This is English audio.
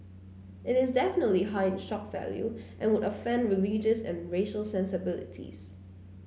it is definitely high in shock value and would offend religious and racial sensibilities